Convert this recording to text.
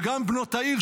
וגם בנות העיר,